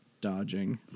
dodging